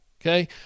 Okay